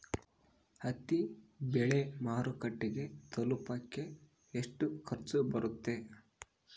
ಹತ್ತಿ ಬೆಳೆ ಮಾರುಕಟ್ಟೆಗೆ ತಲುಪಕೆ ಎಷ್ಟು ಖರ್ಚು ಬರುತ್ತೆ?